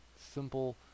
simple